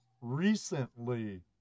recently